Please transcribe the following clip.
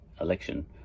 election